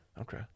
Okay